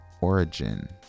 origin